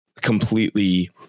completely